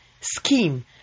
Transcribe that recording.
Scheme